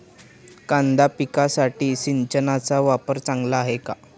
कांदा पिकासाठी सिंचनाचा वापर चांगला आहे का?